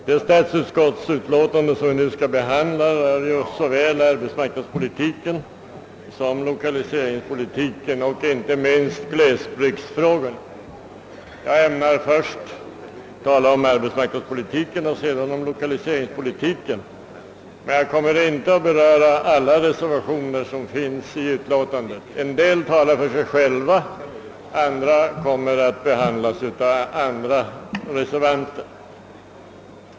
Herr talman! Det statsutskottsutlåtande som vi nu skall behandla rör arbetsmarknadspolitiken, lokaliseringspolitiken och inte minst glesbygdsfrågorna. Jag ämnar först tala om arbetsmarknadspolitiken och sedan om loka liseringspolitiken, men jag kommer inte att ingå på alla reservationer som fogats vid utlåtandet. En del talar för sig själva, andra kommer att behandlas av andra reservanter.